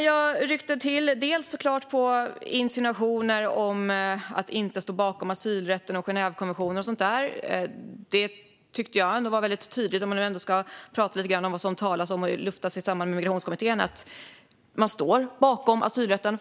Jag ryckte såklart till över insinuationer om att vi inte står bakom asylrätten, Genèvekonventionen och sådant där. Det som det talas om och luftas i samband med Migrationskommittén är att man står bakom asylrätten.